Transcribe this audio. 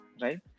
right